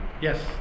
Yes